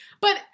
But-